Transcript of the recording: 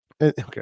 Okay